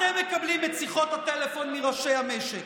אתם מקבלים את שיחות הטלפון מראשי המשק,